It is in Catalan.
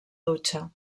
dutxa